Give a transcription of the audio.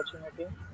opportunity